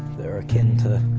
that are akin to.